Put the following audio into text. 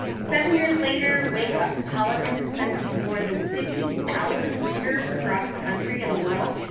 seven years later wake up to politics is sent to more than fifty thousand readers across the country and the world,